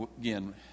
again